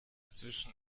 zwischen